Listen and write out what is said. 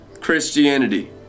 Christianity